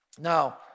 Now